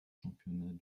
championnats